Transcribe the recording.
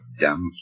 dumb